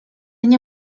nie